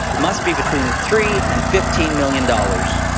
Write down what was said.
must be between three and fifteen million dollars.